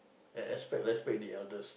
and res~ respect the elders